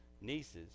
nieces